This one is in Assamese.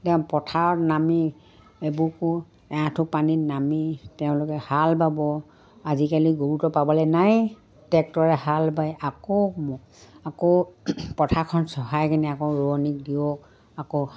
তেওঁ পথাৰত নামি এবুকু এআঁঠু পানীত নামি তেওঁলোকে হাল বাব আজিকালি গৰুটো পাবলৈ নাই ট্ৰেক্টৰে হাল বাই আকৌ আকৌ পথাৰখন চহায় কিনে আকৌ ৰোৱনীক দিয়ক আকৌ